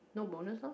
no bonus lor